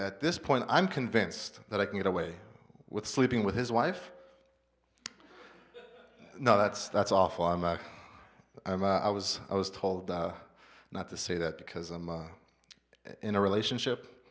at this point i'm convinced that i can get away with sleeping with his wife no that's that's awful i'm a i'm i was i was told not to say that because i'm in a relationship